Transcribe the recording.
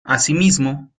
asimismo